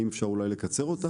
האם אפשר אולי לקצר אותה?